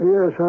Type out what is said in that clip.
Yes